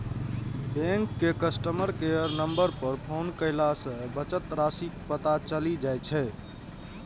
bank के customer care number पर phone कयला सं बचत राशिक पता चलि जाइ छै